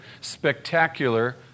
spectacular